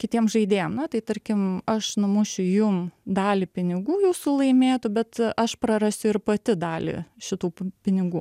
kitiem žaidėjam na tai tarkim aš numušiu jum dalį pinigų jūsų laimėtų bet aš prarasiu ir pati dalį šitų pinigų